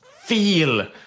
feel